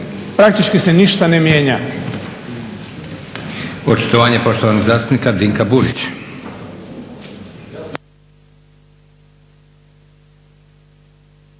praktički se ništa ne mijenja.